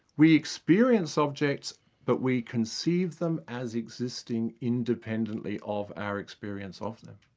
we experience objects but we conceive them as existing independently of our experience of them.